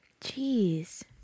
Jeez